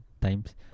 times